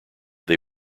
they